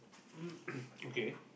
okay